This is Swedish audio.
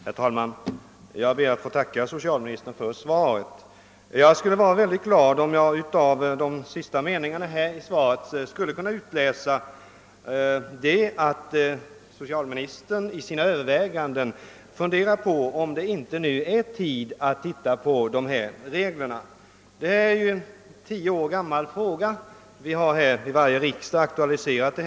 Herr talman! Jag ber att få tacka socialministern för svaret på min fråga och är mycket glad om jag av svarets sista mening får utläsa att socialministern funderar på om det inte nu kan vara tid att se över reglerna. Det är en gammal fråga vi här diskuterar. Vi har aktualiserat den vid varje riksdag under tio års tid.